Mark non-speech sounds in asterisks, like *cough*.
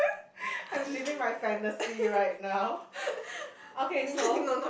*noise* I'm living my fantasy right now okay so